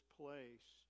place